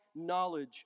knowledge